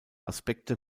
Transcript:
aspekte